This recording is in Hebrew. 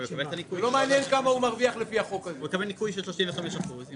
אבל הוא מקבל הטבה של 35 אחוזים